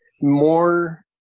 more